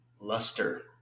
luster